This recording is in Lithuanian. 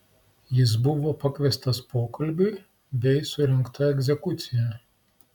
jis buvo pakviestas pokalbiui bei surengta egzekucija